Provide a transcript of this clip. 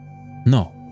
No